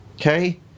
Okay